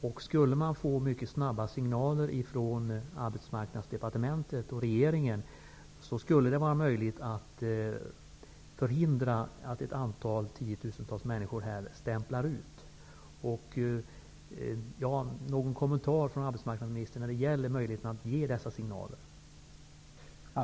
Om de skulle få mycket snabba signaler från Arbetsmarknadsdepartementet och regeringen skulle det vara möjligt att förhindra att tiotusentals människor stämplar ut. Jag skulle vilja ha en kommentar från arbetsmarknadsministern när det gäller möjligheten att ge dessa signaler.